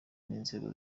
n’inzego